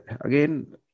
again